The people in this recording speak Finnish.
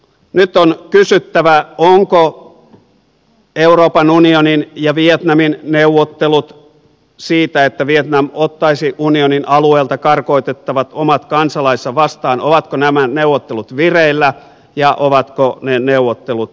nyt on kysyttävä ovatko euroopan unionin ja vietnamin neuvottelut siitä että vietnam ottaisi unionin alueelta karkotettavat omat kansalaisensa vastaan vireillä ja ovatko ne neuvottelut edenneet